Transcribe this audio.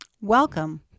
Welcome